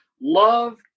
love